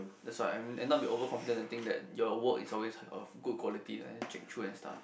that's why and and not be over confident and think that your work is always of good quality and check through and stuff